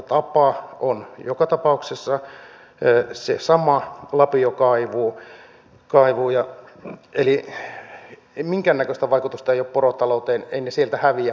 huuhdontatapa on joka tapauksessa se sama lapiokaivuu eli minkäännäköistä vaikutusta ei ole porotalouteen